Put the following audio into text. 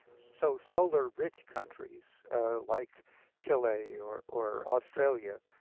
so solar rich countries like chile or or australia